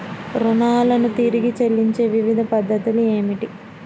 రుణాలను తిరిగి చెల్లించే వివిధ పద్ధతులు ఏమిటి?